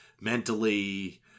Mentally